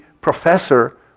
professor